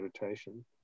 meditation